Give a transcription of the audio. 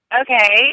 okay